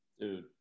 Dude